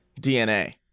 DNA